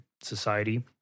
society